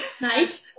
nice